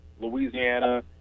Louisiana